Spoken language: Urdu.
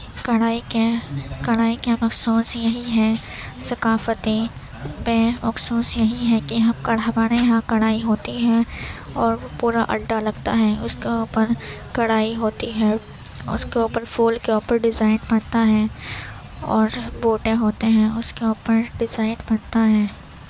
کڑھائی کے کڑھائی کے مخصوص یہی ہے ثقافتی پہ مخصوص یہی ہے کہ ہم کڑھا ہمارے یہاں کڑھائی ہوتی ہے اور پورا اڈا لگتا ہے اس کے اوپر کڑھائی ہوتی ہے اس کے اوپر پھول کے اوپر ڈیزائن بنتا ہے اور بوٹے ہوتے ہیں اس کے اوپر ڈیزائن بنتا ہے